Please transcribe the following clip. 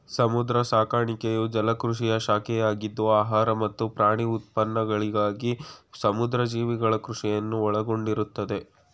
ಸಮುದ್ರ ಸಾಕಾಣಿಕೆಯು ಜಲಕೃಷಿಯ ಶಾಖೆಯಾಗಿದ್ದು ಆಹಾರ ಮತ್ತು ಪ್ರಾಣಿ ಉತ್ಪನ್ನಗಳಿಗಾಗಿ ಸಮುದ್ರ ಜೀವಿಗಳ ಕೃಷಿಯನ್ನು ಒಳಗೊಂಡಿರ್ತದೆ